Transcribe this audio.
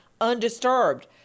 undisturbed